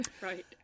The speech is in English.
right